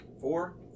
Four